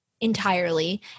entirely